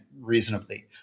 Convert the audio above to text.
reasonably